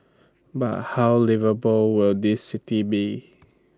but how liveable will this city be